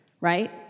Right